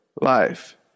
life